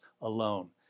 alone